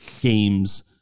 games